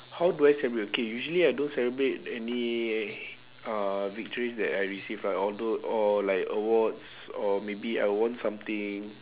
how do I celebrate okay usually I don't celebrate any uh victories that I received like although or like awards or maybe I won something